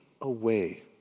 away